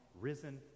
risen